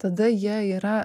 tada jie yra